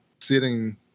sitting